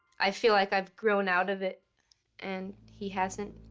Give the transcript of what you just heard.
i feel like i've grown out of it and he hasn't.